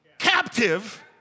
Captive